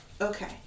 Okay